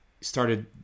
started